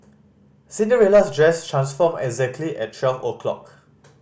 Cinderella's dress transformed exactly at twelve o'clock